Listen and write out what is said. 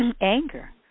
anger